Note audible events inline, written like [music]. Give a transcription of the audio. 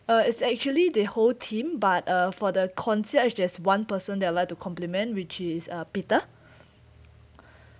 uh it's actually the whole team but uh for the concierge just one person that I would like to compliment which is uh peter [breath]